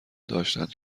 داشتند